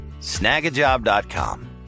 Snagajob.com